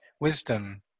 wisdom